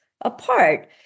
apart